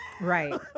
Right